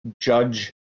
judge